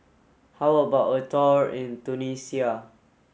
how about a tour in Tunisia